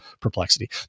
Perplexity